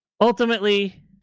Ultimately